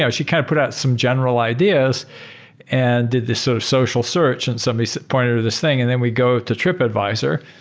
yeah she kind of put out some general ideas and did this so social search and somebody so pointed over this thing. and then we go to trip advisor,